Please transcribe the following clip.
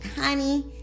Honey